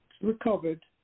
recovered